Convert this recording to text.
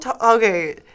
Okay